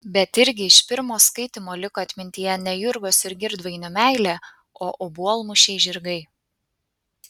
bet irgi iš pirmo skaitymo liko atmintyje ne jurgos ir girdvainio meilė o obuolmušiai žirgai